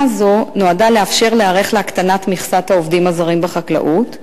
הזאת נועדה לאפשר להיערך להקטנת מכסת העובדים הזרים בחקלאות,